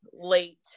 late